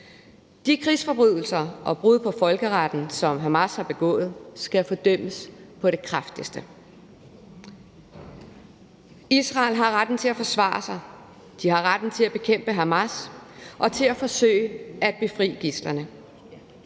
De krigsforbrydelser og brud på folkeretten, som Hamas har begået, skal fordømmes på det kraftigste. Israel har retten til at forsvare sig. De har retten til at bekæmpe Hamas og til at forsøge at befri gidslerne.